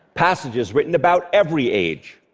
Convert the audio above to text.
passages written about every age.